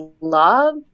love